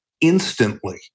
instantly